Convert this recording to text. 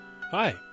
Hi